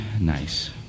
nice